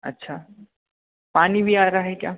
अच्छा पानी भी आ रहा है क्या